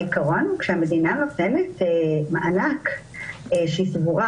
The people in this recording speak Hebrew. העיקרון הוא שכשהמדינה נותנת מענק שהיא סבורה